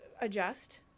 adjust